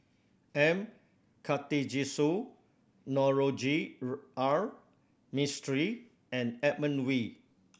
M Karthigesu Navroji R Mistri and Edmund Wee